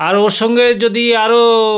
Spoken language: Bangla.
আর ওর সঙ্গে যদি আরও